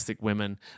women